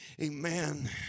amen